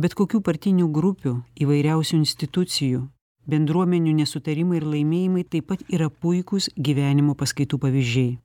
bet kokių partinių grupių įvairiausių institucijų bendruomenių nesutarimai ir laimėjimai taip pat yra puikūs gyvenimo paskaitų pavyzdžiai